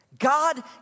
God